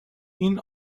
این